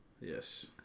Yes